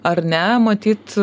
ar ne matyt